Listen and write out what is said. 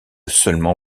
seulement